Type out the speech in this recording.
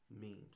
memes